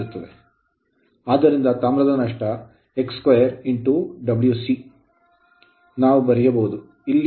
ಆದ್ದರಿಂದ ತಾಮ್ರದ ನಷ್ಟ X2 Wc ಎಂದು ನಾವು ಬರೆಯಬಹುದು